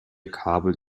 kabel